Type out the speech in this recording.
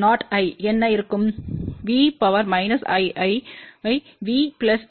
V¿a√Z0¿என்ன இருக்கும்V ¿¿